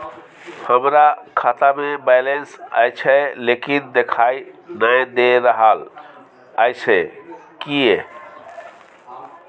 हमरा खाता में बैलेंस अएछ लेकिन देखाई नय दे रहल अएछ, किये?